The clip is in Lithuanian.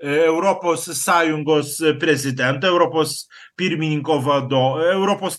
europos sąjungos prezidento europos pirmininko vado europos